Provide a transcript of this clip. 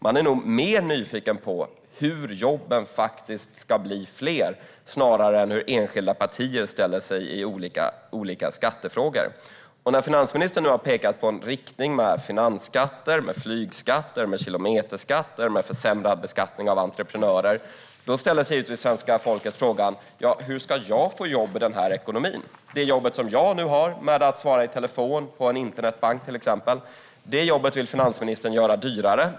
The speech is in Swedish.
Man är nog mer nyfiken på hur jobben faktiskt ska bli fler än på hur enskilda partier ställer sig i olika skattefrågor. När finansministern nu har pekat ut riktningen med finansskatter, flygskatter, kilometerskatter och försämrad beskattning av entreprenörer ställer sig svenska folket givetvis frågan: Hur ska jag få jobb i den här ekonomin? Det jobb jag har, exempelvis med att svara i telefon på en internetbank, vill finansministern göra dyrare.